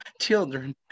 children